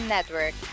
Network